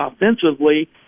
offensively